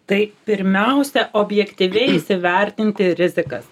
tai pirmiausia objektyviai įsivertinti rizikas